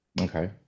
Okay